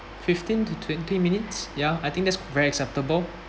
fifteen to twenty minutes ya I think that's very acceptable